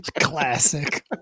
classic